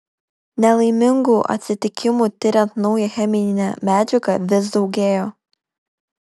nelaimingų atsitikimų tiriant naują cheminę medžiagą vis daugėjo